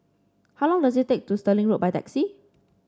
how long does it take to Stirling Road by taxi